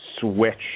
switch